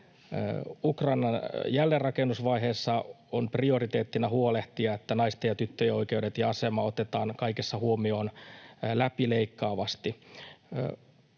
Ukrainan jälleenrakennusvaiheessa on prioriteettina huolehtia, että naisten ja tyttöjen oikeudet ja asema otetaan kaikessa huomioon läpileikkaavasti.